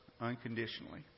unconditionally